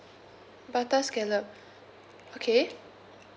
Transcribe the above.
butter scallop okay